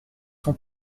son